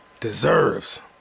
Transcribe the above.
deserves